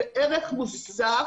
זה ערך מוסף